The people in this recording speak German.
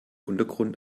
untergrund